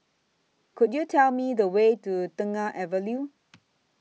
Could YOU Tell Me The Way to Tengah Avenue